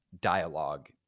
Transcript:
dialogue